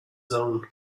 own